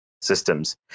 systems